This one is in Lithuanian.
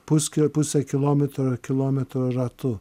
puskilio pusė kilometro ar kilometro ratu